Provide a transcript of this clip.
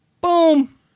Boom